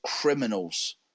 criminals